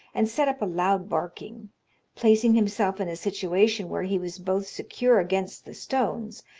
and set up a loud barking placing himself in a situation where he was both secure against the stones,